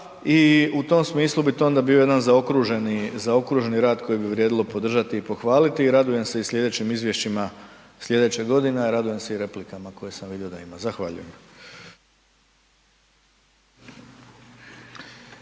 i u tom smislu bi to onda bio jedan zaokruženi rad koji bi vrijedilo podržati i pohvaliti i radujem se i sljedećim izvješćima sljedeće godine a radujem se i replikama koje sam vidio da ima. Zahvaljujem.